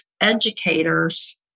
educators